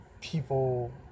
people